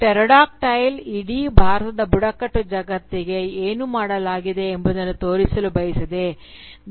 pterodactyl ಇಡೀ ಭಾರತದ ಬುಡಕಟ್ಟು ಜಗತ್ತಿಗೆ ಏನು ಮಾಡಲಾಗಿದೆ ಎಂಬುದನ್ನು ತೋರಿಸಲು ಬಯಸಿದೆ "